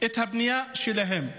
את הבנייה שלהם.